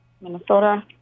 Minnesota